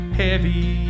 heavy